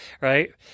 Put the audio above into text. right